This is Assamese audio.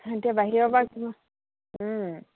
এতিয়া বাহিৰৰ পৰা কিমান